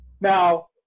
Now